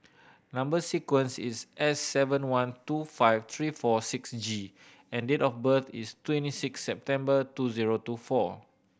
number sequence is S seven one two five three four six G and date of birth is twenty six September two zero two four